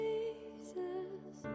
Jesus